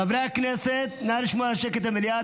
חברי הכנסת, נא לשמור על שקט במליאה.